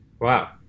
Wow